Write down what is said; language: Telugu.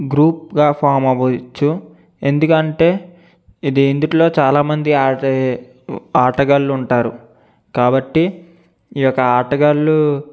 గ్రూప్ గా ఫామ్ అవచ్చు ఎందుకంటే ఇది ఇందుట్లో చాలామంది ఆడే ఆటగాళ్లు ఉంటారు కాబట్టి ఈ యొక్క ఆటగాళ్లు